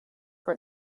for